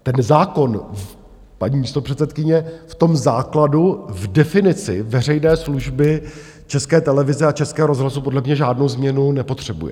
Ten zákon, paní místopředsedkyně, v tom základu, v definici veřejné služby České televize a Českého rozhlasu, podle mě žádnou změnu nepotřebuje.